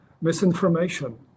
misinformation